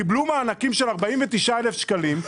קיבלו מענקים של 49,000 שקלים,